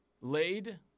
Laid